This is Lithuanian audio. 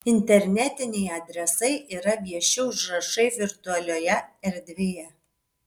internetiniai adresai yra vieši užrašai virtualioje erdvėje